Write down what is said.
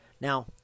Now